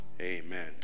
Amen